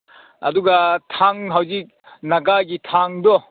ꯑꯗꯨꯒ ꯊꯥꯡ ꯍꯧꯖꯤꯛ ꯅꯥꯒꯥꯒꯤ ꯊꯥꯡꯗꯣ